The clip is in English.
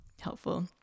helpful